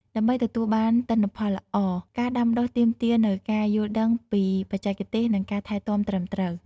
ដើម្បីទទួលបានទិន្នផលល្អ ការដាំដុះទាមទារនូវការយល់ដឹងពីបច្ចេកទេស និងការថែទាំត្រឹមត្រូវ។